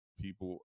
people